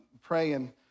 praying